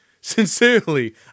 Sincerely